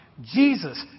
Jesus